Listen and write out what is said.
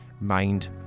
Mind